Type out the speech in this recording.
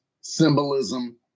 symbolism